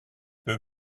peu